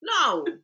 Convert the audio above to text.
No